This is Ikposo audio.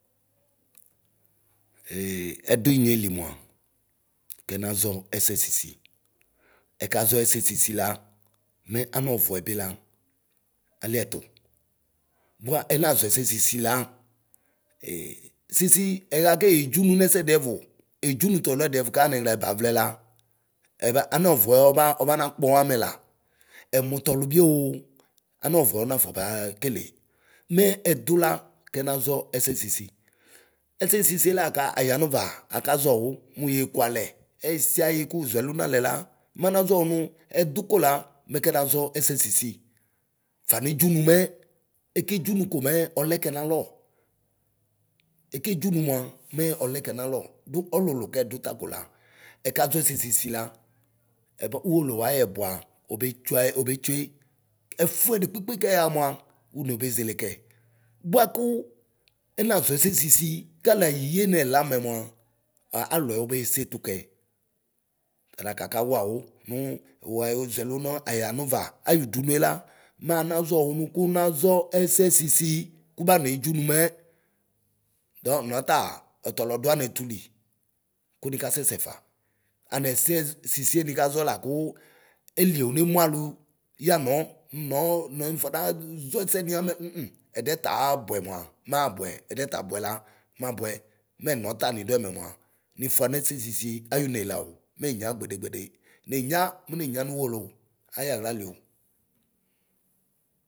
Hee ɛduinyeli nua kɛnaʒɔ ɛsɛ sisi. Ɛkaʒɛsɛ sisi la mɛ anɔvɔɛ bi la aliɛ tu. Bua ɛnaʒɔɛsɛ sisi la. ee sisi ɛɣa kee dzunu nɛsɛdʋ ɛvu, edzunu tɔluɛdi ɛvʋ kaniɣla ɛbavlɛ la, ɛba anɔvɔɛ ɔba ɔbanakpɔ amɛla.ɛmu tɔlu bioo anɔvɔ ɔnafɔ baa kele. Mɛɛ ɛdula kɛnaʒɔ ɛsɛ sisi. Ɛsɛ sisie la ka aya nuva akaʒɔwu muyee kualɛ ɛyisiayi kuʒuɛlu nalɛ la. manaʒɔ wu nu ɛdu kola mɛ kɛnaʒɔ ɛsɛsisi. Fanedɔ unu mɛ ekedzunu komɛ ɔlɛ kɛ nalɔ. Ekedzunu mua mɛ ɔlɛkɛ nalɔ, du ɔlulu kɛduta kola ɛkaʒɔɛsɛ sisi la, ɛbɔ uwolowu ayɛ ɛbua obe tsuaɛ obetsue. Ɛfuɛdikpekpe kɛɣa mua, une obeʒelekɛ. Buaku ɛma ʒɔɛsɛ sisi, kalayie nɛlamɛ mua a alɔɛ obee setukɛ. Talakakawua wu nu wuo ʒuɛ lu nu ayanuva ayudur uela, manaʒɔ wu nu kunaʒɔ ɛsɛ sisi. kuba ne dzunu mɛ; dɔ nɔtaa ɔtal ɔdua nɛtʋ li ku nikasɛsɛ fa. Anɛsɛʒ sisie nikaʒɔ laku ɛlɔ one mualu yanɔ nnɔɔ nɔnifɔnaʒɔ ɛsɛni amɛ ŋm ɛdiɛ taabʋɛ mua maabʋɛ ɛdiɛ tabʋɛ la mabʋɛ. Mɛ nɔta niduɛmɛ mua, nifua nɛsɛ sisi ayune Lao, menyɣ gbedegbede Nenyɣ mneyɣ nuwolowu ayaɣla lia.